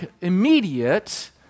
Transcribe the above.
immediate